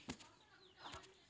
पशुपालन करले की की फायदा छे?